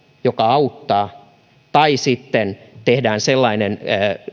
joka auttaa tai sitten tehdään sellainen